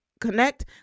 connect